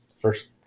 first